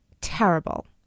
terrible